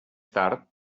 tard